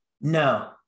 No